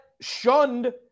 shunned